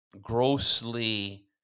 grossly